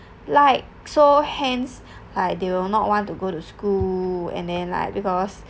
like so hence like they will not want to go to school and then like because